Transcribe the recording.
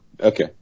Okay